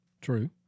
True